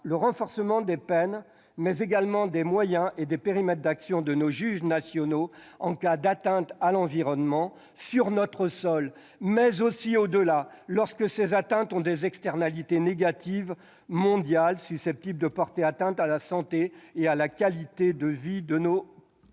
le renforcement des peines, mais également des moyens et des périmètres d'action de nos juges nationaux, en cas d'atteintes à l'environnement sur notre sol et au-delà, lorsque ces atteintes emportent des externalités négatives mondiales susceptibles de concerner la santé et la qualité de vie des